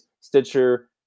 Stitcher